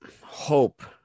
hope